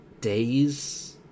days